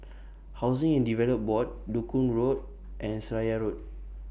Housing and Development Board Duku Road and Seraya Road